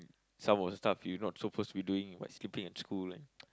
some of the stuff you not supposed to be doing by sleeping in school and